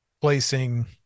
placing